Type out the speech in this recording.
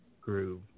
Groove